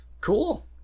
Cool